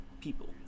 people